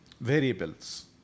variables